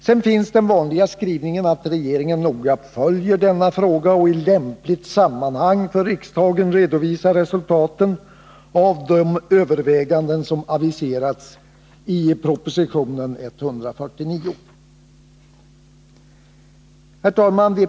Sedan finns den vanliga skrivningen att regeringen noga följer denna fråga och i lämpligt sammanhang för riksdagen redovisar resultaten av de överväganden som aviserats i proposition 1980/81:149. Herr talman!